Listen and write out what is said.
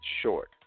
Short